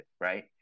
right